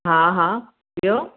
हा हा ॿियो